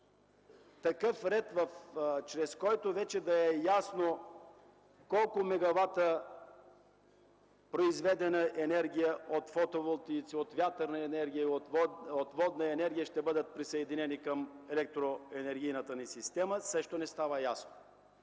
такъв ред, чрез който вече да е ясно колко мегавата произведена енергия от фотоволтаици, от вятърна енергия, от водна енергия, ще бъдат присъединени към електроенергийната ни система, но това също не става ясно.